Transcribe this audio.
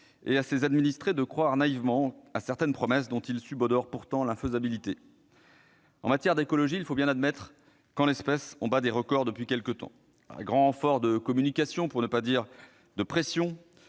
et à ses administrés de croire naïvement à certaines promesses dont ils subodorent pourtant l'infaisabilité. En matière d'écologie, il faut bien l'admettre, on bat des records depuis quelque temps ! À grand renfort de communication, pour ne pas dire de pression,